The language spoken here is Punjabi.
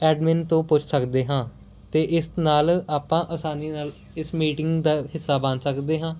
ਐਡਮਿਨ ਤੋਂ ਪੁੱਛ ਸਕਦੇ ਹਾਂ ਅਤੇ ਇਸ ਨਾਲ ਆਪਾਂ ਆਸਾਨੀ ਨਾਲ ਇਸ ਮੀਟਿੰਗ ਦਾ ਹਿੱਸਾ ਬਣ ਸਕਦੇ ਹਾਂ